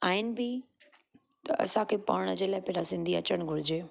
आहिनि बि त असांखे पढ़ण जे लाइ पहिरियां त सिंधी अचणु घुरिजे